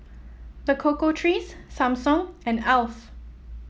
The Cocoa Trees Samsung and Alf